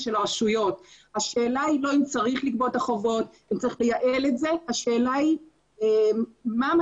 לא מספיק שבסיס העבודה של חברות הגבייה היא פקודת